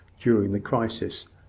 during the crisis,